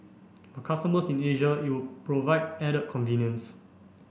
for customers in Asia it would provide added convenience